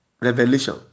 Revelation